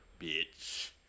bitch